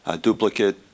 duplicate